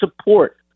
support